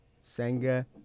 Senga